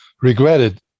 regretted